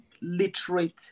literate